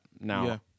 Now